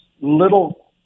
little –